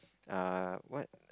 uh what